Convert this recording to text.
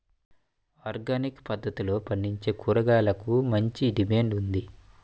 organic పద్దతిలో పండించే కూరగాయలకు మంచి డిమాండ్ ఉంది